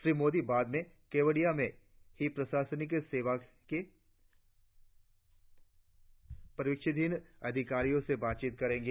श्री मोदी बाद में केवडिया में ही प्रशानिक सेवा के परिवीक्षाधीन अधिकारियों से बातचीत करेंगे